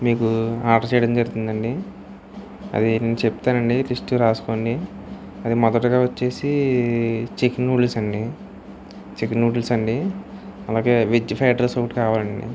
మీకు ఆర్డర్ చేయడం జరుగుతుందండి అది నేను చెప్తానండి లిస్ట్ రాసుకోండి అది మొదటిగా వచ్చేసి చికెన్ నూడిల్స్ అండి చికెన్ నూడిల్స్ అండి అలాగే వెజ్ ఫ్రైడ్ రైస్ ఒకటి కావాలండి